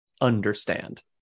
understand